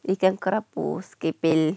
ikan kerapu